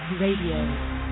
Radio